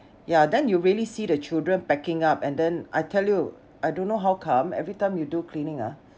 ya then you really see the children packing up and then I tell you I don't know how come every time you do cleaning ah